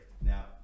Now